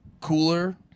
cooler